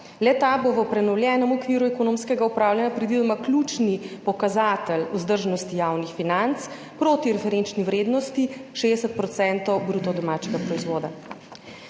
le ta bo v prenovljenem okviru ekonomskega upravljanja predvidoma ključni pokazatelj vzdržnosti javnih financ proti referenčni vrednosti 60 % bruto domačega proizvoda.